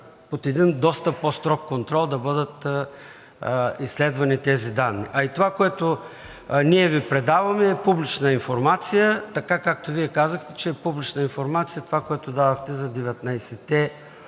под един доста по-строг контрол да бъдат изследвани тези данни. Това, което ние Ви предаваме, е публична информация – така, както Вие казахте, че е публична информация това, което дадохте за 19-те